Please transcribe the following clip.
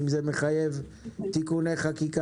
אם זה מחייב תיקוני חקיקה.